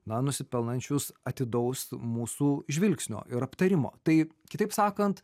na nusipelnančius atidaus mūsų žvilgsnio ir aptarimo tai kitaip sakant